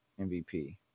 MVP